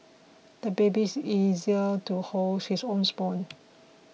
the baby is easier to hold his own spoon